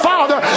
Father